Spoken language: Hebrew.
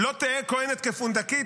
"לא תהא כוהנת כפונדקית",